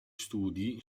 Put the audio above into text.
studi